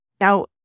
Now